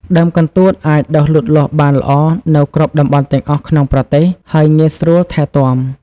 ដើមកន្ទួតអាចដុះលូតលាស់បានល្អនៅគ្រប់តំបន់ទាំងអស់ក្នុងប្រទេស ហើយងាយស្រួលថែទាំ។